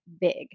big